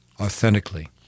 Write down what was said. authentically